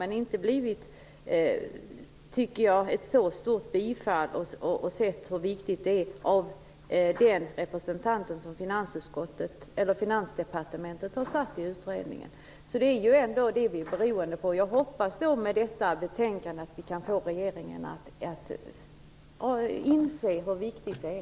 Men det har inte blivit, tycker jag, ett så stort bifall. Den representant som Finansdepartementet har tillsatt i utredningen har inte sett hur viktigt det är. Det är ändå det som vi är beroende av. Jag hoppas att vi med detta betänkande kan få regeringen att inse hur viktigt det är.